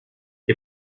qui